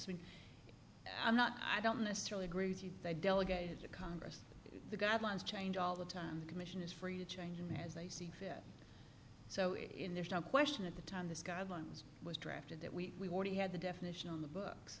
it i'm not i don't necessarily agree with you they delegated to congress the guidelines change all the time the commission is free to change as they see fit so in there's no question at the time this guidelines was drafted that we already had the definition on the books